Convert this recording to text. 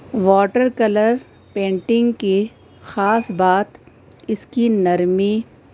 water colour painting کی خاص بات اس کی نرمی